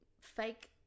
fake